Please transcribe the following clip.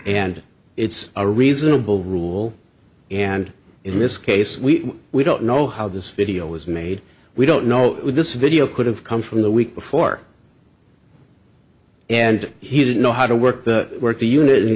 and it's a reasonable rule and in this case we we don't know how this video was made we don't know when this video could have come from the week before and he didn't know how to work that work the unit